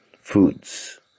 foods